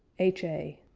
h a.